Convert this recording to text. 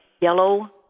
yellow